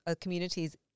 communities